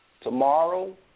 Tomorrow